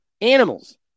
Animals